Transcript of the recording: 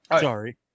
Sorry